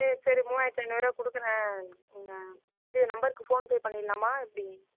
சரி சரி மூவாயிரத்து ஐநூறே கொடுக்குறேன் இது நம்பர்க்கு ஃபோன் பே பண்ணிடலாமா எப்படி